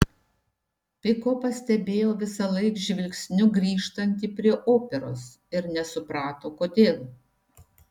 piko pastebėjo visąlaik žvilgsniu grįžtanti prie operos ir nesuprato kodėl